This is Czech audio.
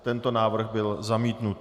Tento návrh byl zamítnut.